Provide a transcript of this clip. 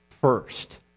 first